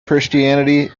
christianity